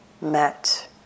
met